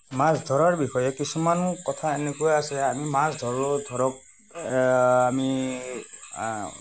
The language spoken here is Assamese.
মাছ ধৰাৰ বিষয়ে কিছুমান কথা এনেকুৱা আছে আমি মাছ ধৰোঁ ধৰক আমি